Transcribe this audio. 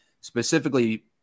specifically